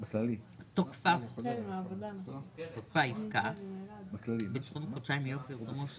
ה-4 מיליון הם חלק מיישום ההחלטה,